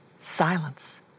silence